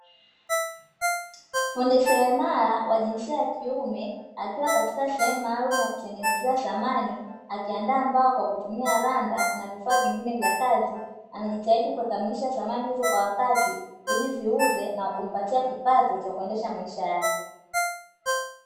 Fundi Seremala wa jinsia ya kiume akiwa katika sehemu maalumu ya kutengenezea samani. Akiandaa mbao kwa kutumia randa na vifaa vingine vya kazi. Anajitahidi kukamilisha samani hizo kwa wakati ili ziuzwe na kumpatia kipato cha kuendesha maisha yake.